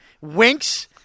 winks